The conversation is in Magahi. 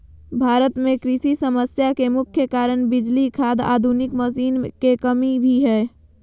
भारत में कृषि समस्या के मुख्य कारण बिजली, खाद, आधुनिक मशीन के कमी भी हय